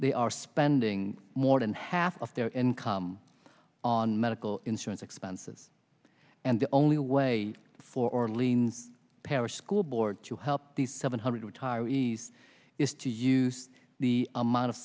they are spending more than half of their income on medical insurance expenses and the only way for orleans parish school board to help the seven hundred retirees is to use the amount of